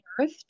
earth